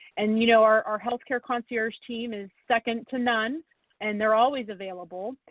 and you know, our health care concierge team is second to none and they're always available.